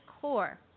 core